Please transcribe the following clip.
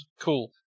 Cool